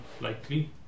likely